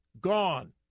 gone